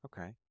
Okay